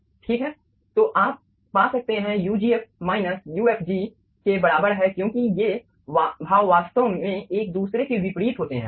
ठीक है तो आप पा सकते हैं ugf माइनस ufg के बराबर है क्योंकि ये भाव वास्तव में एक दूसरे के विपरीत होते हैं